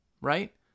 right